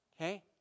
Okay